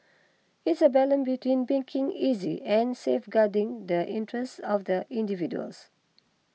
it's a balance between making easy and safeguarding the interests of the individuals